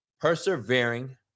persevering